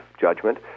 judgment